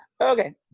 Okay